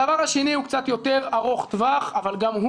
הדבר השני הוא קצת יותר ארוך טווח אבל גם הוא